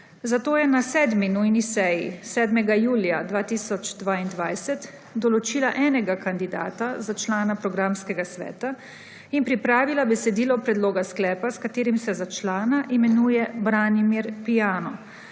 zato je na 7. nujni seji 7. julija 2022 določila enega kandidata za člana programskega sveta in pripravila besedilo predloga sklepa, s katerim se za člana imenuje Branimir Piano.